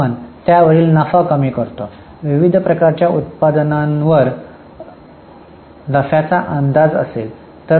तर आपण त्यावरील नफा कमी करतो विविध प्रकारच्या उत्पादनांवर नफ्याचा अंदाज असेल